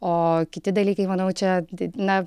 o kiti dalykai manau čia taip na